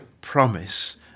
promise